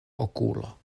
okulo